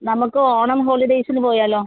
നമുക്ക് ഓണം ഹോളിഡേയ്സിന് പോയാലോ